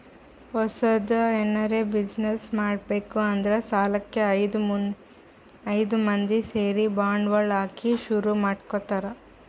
ಹೊಸದ್ ಎನರೆ ಬ್ಯುಸಿನೆಸ್ ಮಾಡ್ಬೇಕ್ ಅಂದ್ರ ನಾಲ್ಕ್ ಐದ್ ಮಂದಿ ಸೇರಿ ಬಂಡವಾಳ ಹಾಕಿ ಶುರು ಮಾಡ್ಕೊತಾರ್